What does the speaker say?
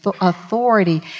authority